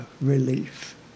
relief